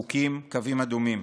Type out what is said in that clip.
חוקים, קווים אדומים,